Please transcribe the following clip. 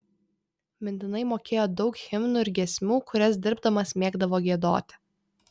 mintinai mokėjo daug himnų ir giesmių kurias dirbdamas mėgdavo giedoti